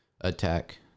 attack